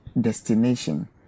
destination